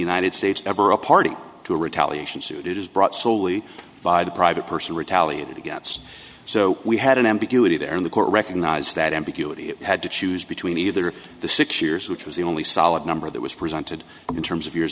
united states ever a party to a retaliation suit it is brought solely by the private person retaliated against so we had an ambiguity there in the court recognized that ambiguity had to choose between either of the six years which was the only solid number that was presented in terms of y